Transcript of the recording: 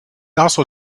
also